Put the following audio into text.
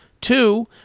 Two